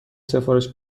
سفارش